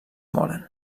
moren